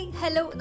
hello